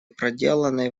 проделанной